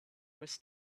was